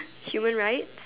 human rights